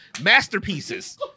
masterpieces